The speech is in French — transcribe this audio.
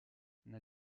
n’a